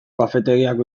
kafetegiak